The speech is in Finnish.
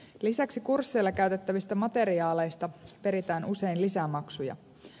lisäksi kursseilla käytettävistä materiaaleista peritään usein lisämaksuja